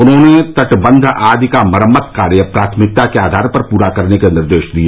उन्होंने तटबन्ध आदि का मरम्मत कार्य प्राथमिकता के आधार पर पूरा करने के निर्देश दिए